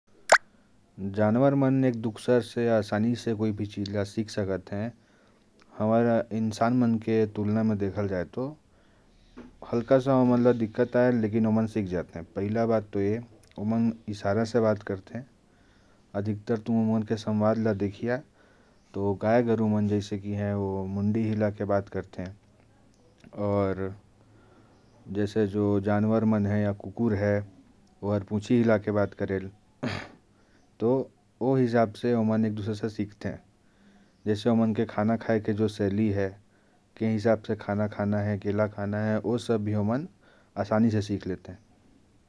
जानवर मन आसानी से कोई भी चीज एक दुसर से सिख सकते हैं। हम इंसान मन के तुलना में देखा जाए तो, पहली बात तो ये है कि ओमन इशारे में बात करते हैं। जैसे गाय ग्रू मन मुंडी हिला के बात करती हैं, कुकुर मन भी मुंडी हिला के बात करते हैं। तो इस हिसाब से ओमन एक दुसर से सीखते हैं। जैसे ओमन के खाना खाने की जो शैली है, उसी हिसाब से खाना है, केला खाना है, ये भी ओमन सीखते हैं।